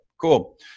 Cool